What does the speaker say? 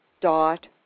dot